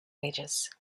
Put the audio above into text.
ages